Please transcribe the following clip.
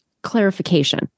clarification